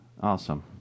Awesome